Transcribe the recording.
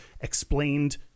explained